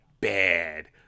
bad